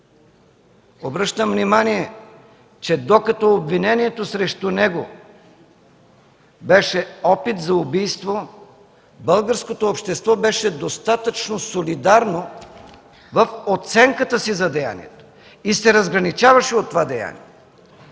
Обръщам внимание, че докато обвинението срещу него беше опит за убийство, българското общество беше достатъчно солидарно в оценката си за деянието и се разграничаваше от това деяние.